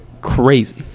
crazy